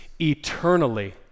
eternally